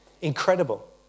Incredible